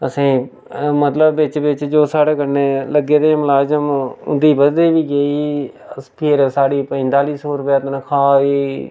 असें मतलब बिच्च बिच्च जो साढ़े कन्नै लग्गे दे हे मलाजम उं'दी बधदी बी गेई फिर साढ़ी पंजताली सौ तनखाह् होई गेई